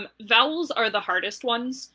um vowels are the hardest ones,